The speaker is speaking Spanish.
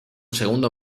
segundo